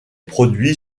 produit